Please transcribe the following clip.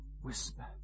whisper